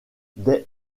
des